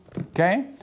Okay